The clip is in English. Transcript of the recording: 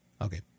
Okay